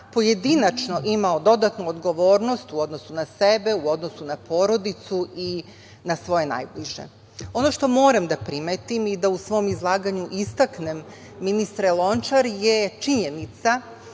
pojedinačno imao dodatnu odgovornost u odnosu na sebe, u odnosu na porodicu i na svoje najbliže. Ono što moram da primetim i da u svom izlaganju istaknem, ministre Lončar je činjenica